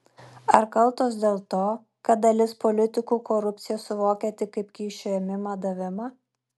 ar kaltos dėl to kad dalis politikų korupciją suvokia tik kaip kyšio ėmimą davimą